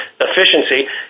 efficiency